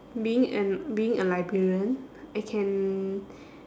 being an being a librarian I can